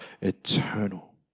eternal